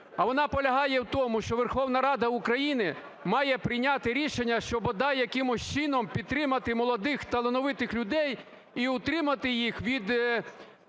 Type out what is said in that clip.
А вона полягає в тому, що Верховна Рада України має прийняти рішення, що бодай якимось чином підтримати молодих талановитих людей і утримати їх від